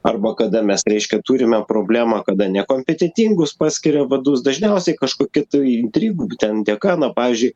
arba kada mes reiškia turime problemą kada nekompetentingus paskiria vadus dažniausiai kažkokia tai intrigų bet ten dekaną pavyzdžiui